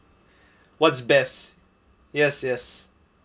what's best yes yes